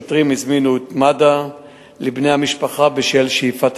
השוטרים הזמינו את מד"א לבני המשפחה בשל שאיפת